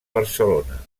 barcelona